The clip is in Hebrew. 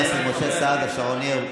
ה"נאצי" לא מעניין אותך.